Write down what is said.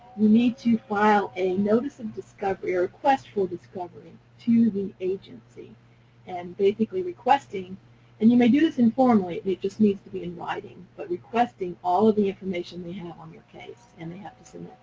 you need to file a notice of discovery or request for discovery to the agency and basically requesting and you may do this informally, it just needs to be in writing, but requesting all of the information they have on your case, and they have to send